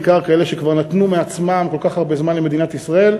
בעיקר כאלה שכבר נתנו מעצמם כל כך הרבה זמן למדינת ישראל,